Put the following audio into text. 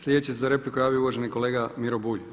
Slijedeći se za repliku javio uvaženi kolega Miro Bulj.